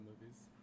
movies